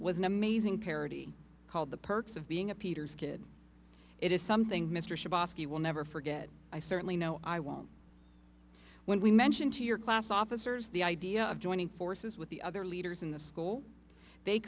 was an amazing parody called the perks of being a peter's kid it is something mr will never forget i certainly know i won't when we mention to your class officers the idea of joining forces with the other leaders in the school they